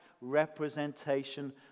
representation